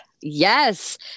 Yes